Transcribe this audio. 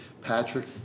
Patrick